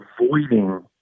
avoiding